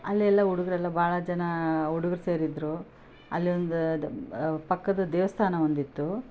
ಅಲ್ಲೆಲ್ಲ ಹುಡುಗಿರೆಲ್ಲ ಭಾಳ ಜನ ಹುಡುಗ್ರು ಸೇರಿದ್ದರು ಅಲ್ಲಿ ಒಂದು ದ ಪಕ್ಕದ ದೇವಸ್ಥಾನ ಒಂದು ಇತ್ತು